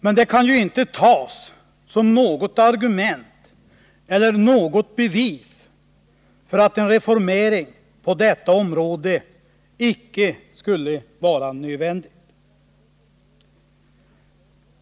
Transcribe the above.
Men det kan juintetas som något argument eller något bevis för att en reformering på detta område icke skulle vara nödvändig.